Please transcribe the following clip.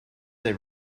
they